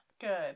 Good